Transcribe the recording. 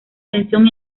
tensión